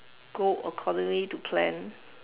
go accordingly to plan